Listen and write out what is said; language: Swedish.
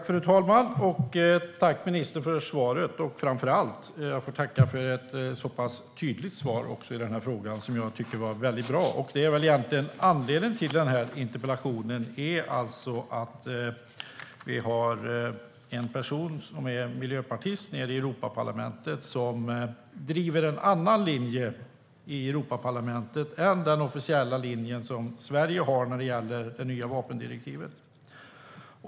Fru talman! Tack, ministern, för svaret! Framför allt får jag tacka för ett så pass tydligt svar i denna fråga. Det tycker jag är väldigt bra. Anledningen till interpellationen är egentligen att vi har en person som är miljöpartist nere i Europaparlamentet och som driver en annan linje där än den officiella linje som Sverige har när det gäller det nya vapendirektivet.